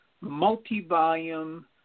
multi-volume